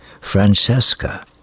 Francesca